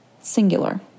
Singular